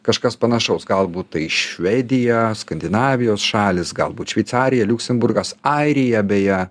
kažkas panašaus galbūt tai švedija skandinavijos šalys galbūt šveicarija liuksemburgas airija beje